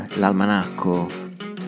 l'almanacco